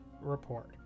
Report